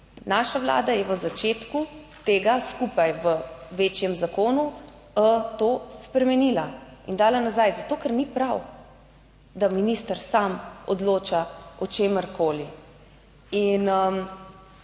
Naša Vlada je v začetku tega skupaj v večjem zakonu to spremenila in dala nazaj. Zato ker ni prav, da minister sam odloča o čemerkoli.